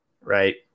right